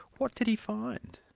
what did he find?